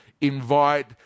Invite